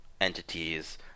entities